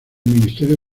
ministerio